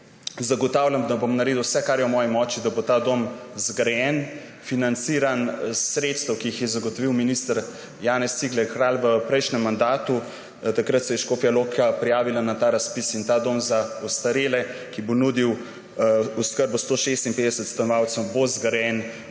zagotavljam, da bom naredil vse, kar je v moji moči, da bo ta dom zgrajen, financiran iz sredstev, ki jih je zagotovil minister Janez Cigler Kralj v prejšnjem mandatu. Takrat se je Škofja Loka prijavila na ta razpis. Ta dom za ostarele, ki bo nudil oskrbo 156 stanovalcem, bo zgrajen,